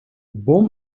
bom